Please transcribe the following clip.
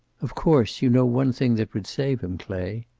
of course, you know one thing that would save him, clay?